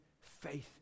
faith